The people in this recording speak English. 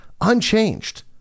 unchanged